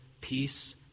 peace